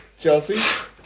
Chelsea